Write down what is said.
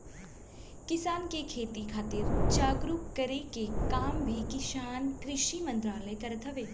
किसान के खेती खातिर जागरूक करे के काम भी कृषि मंत्रालय करत हवे